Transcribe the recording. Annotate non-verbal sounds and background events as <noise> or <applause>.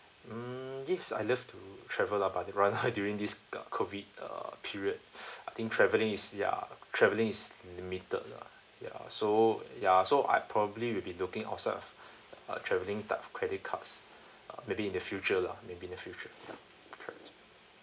mm yes I love to travel lah but the right now during this COVID uh period <breath> I think traveling is ya traveling is limited lah ya so uh ya so ya so I probably will be looking also have uh travelling type of credit cards uh maybe in the future lah maybe in the future ya